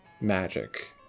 Magic